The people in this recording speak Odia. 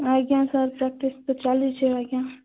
ଆଜ୍ଞା ସାର୍ ପ୍ରାକ୍ଟିସ ତ ଚାଲିଛି ଆଜ୍ଞା